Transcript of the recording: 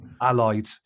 allied